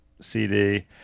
CD